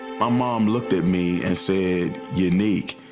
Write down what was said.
my mom looked at me and said, unique,